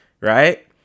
right